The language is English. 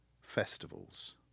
festivals